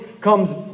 comes